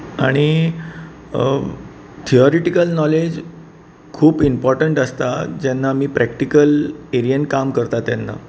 आनी theoretical knowledge खूब important आसता जेन्ना आमी प्रॅक्टिकल एरियेंत काम करता तेन्ना